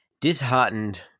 disheartened